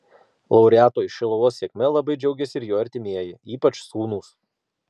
laureato iš šiluvos sėkme labai džiaugėsi ir jo artimieji ypač sūnūs